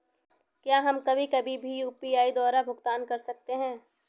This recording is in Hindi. क्या हम कभी कभी भी यू.पी.आई द्वारा भुगतान कर सकते हैं?